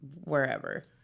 wherever